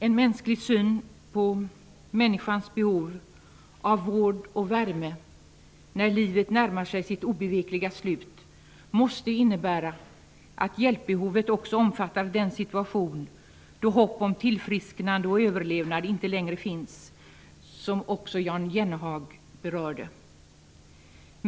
En mänsklig syn på människans behov av vård och värme när livet närmar sig sitt obevekliga slut måste innebära att hjälpbehovet också omfattar den situation då hopp om tillfrisknande och överlevnad inte längre finns, vilket också Jan Jennehag tog upp.